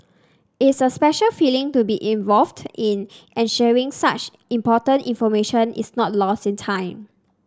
it's a special feeling to be involved in ensuring such important information is not lost in time